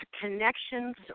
connections